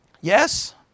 Yes